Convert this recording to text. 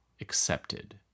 accepted